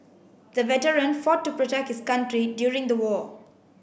the veteran fought to protect his country during the war